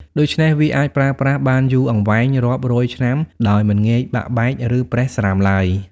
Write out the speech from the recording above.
ដូច្នេះ វាអាចប្រើប្រាស់បានយូរអង្វែងរាប់រយឆ្នាំដោយមិនងាយបាក់បែក ឬប្រេះស្រាំឡើយ។